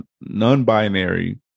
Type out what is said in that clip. non-binary